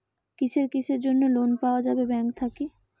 কিসের কিসের জন্যে লোন পাওয়া যাবে ব্যাংক থাকি?